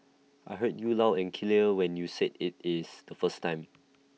I heard you loud and clear when you said IT is the first time